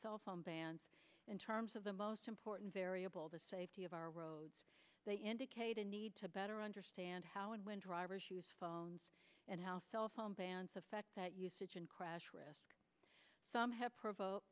cell phone bans in terms of the most important variable the safety of our roads they indicate a need to better understand how and when drivers use phones and how cell phone bans affect that usage and crash risk some have provoke